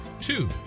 Two